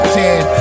ten